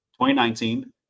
2019